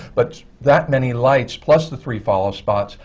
but that many lights, plus the three follow-spots,